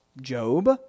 Job